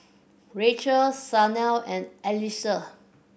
Rachelle Shanell and Alexus